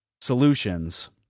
solutions